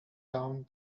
down